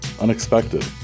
unexpected